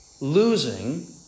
losing